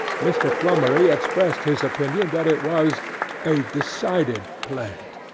mr. flummery expressed his opinion that it was a decided plant.